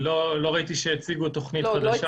לא ראיתי שהציגו תוכנית חדשה.